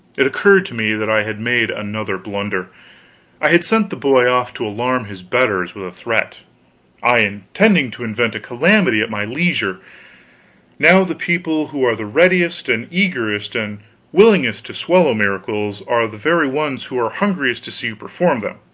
it occurred to me that i had made another blunder i had sent the boy off to alarm his betters with a threat i intending to invent a calamity at my leisure now the people who are the readiest and eagerest and willingest to swallow miracles are the very ones who are hungriest to see you perform them